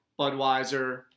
budweiser